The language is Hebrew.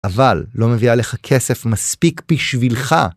אבל לא מביאה לך כסף מספיק בשבילך.